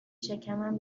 شکمم